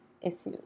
issues